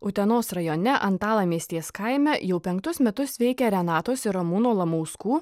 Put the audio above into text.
utenos rajone antalamėstės kaime jau penktus metus veikia renatos ir ramūno lamauskų